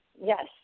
Yes